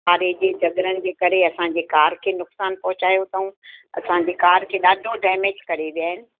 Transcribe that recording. पाड़े जे झॻिड़नि जे करे असांजे कार खे नुक़सानु पहुचायो अथऊं असांजी कार खे ॾाढो डैमेज करे विया आहिनि